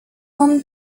one